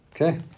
Okay